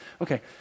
Okay